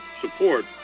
support